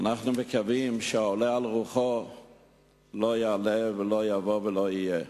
אנחנו מקווים שהעולה על רוחו לא יעלה ולא יבוא ולא יהיה.